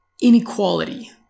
inequality